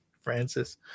Francis